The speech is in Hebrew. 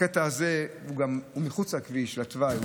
הקטע הזה הוא מחוץ לכביש, לתוואי.